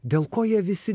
dėl ko jie visi